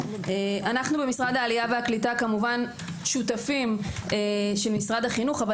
אנו במשרד העלייה והקליטה שותפים כמובן של משרד החינוך אבל